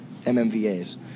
MMVAs